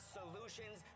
solutions